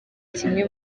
kimwe